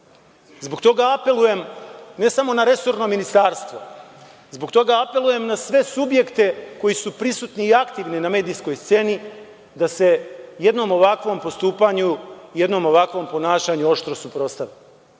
domu. Zbog toga apelujem, ne samo na resorno ministarstvo, zbog toga apelujem na sve subjekte koji su prisutni i aktivni na medijskoj sceni da se jednom ovakvom postupanju, jednom ovakvom ponašanju oštro suprotstave.